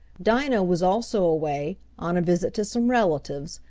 dinah was also away, on a visit to some relatives,